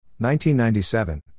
1997